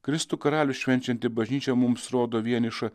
kristų karalių švenčianti bažnyčia mums rodo vienišą